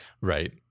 Right